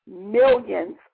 Millions